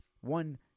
one